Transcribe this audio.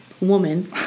woman